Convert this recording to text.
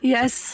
Yes